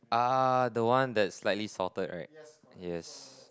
ah the one that is slightly salted right yes